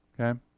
Okay